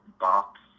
box